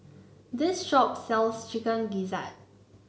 this shop sells Chicken Gizzard